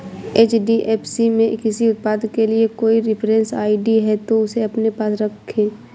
HDFC में किसी उत्पाद के लिए कोई रेफरेंस आई.डी है, तो उसे अपने पास रखें